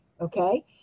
okay